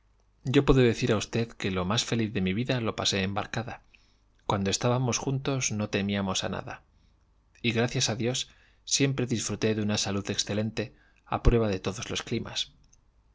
yo puedo decir a usted que lo más feliz de mi vida lo pasé embarcada cuando estábamos juntos no temíamos a nada y gracias a dios siempre disfruté de una salud excelente a prueba de todu s los climas